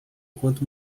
enquanto